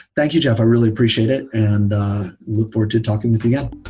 thank you, jeff. i really appreciate it, and i look forward to talking with you yeah